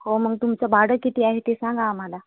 हो मग तुमचं भाडं किती आहे ते सांगा आम्हाला